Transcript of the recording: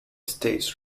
states